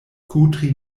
kudri